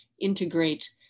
integrate